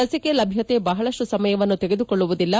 ಲಸಿಕೆ ಲಭ್ಯತೆ ಬಹಳಷ್ಟು ಸಮಯವನ್ನು ತೆಗೆದುಕೊಳ್ಳುವುದಿಲ್ಲ